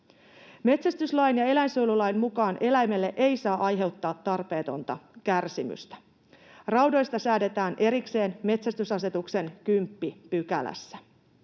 Metsästyslain ja eläinsuojelulain mukaan eläimelle ei saa aiheuttaa tarpeetonta kärsimystä. Raudoista säädetään erikseen metsästysasetuksen 10 §:ssä.